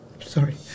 Sorry